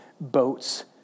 boats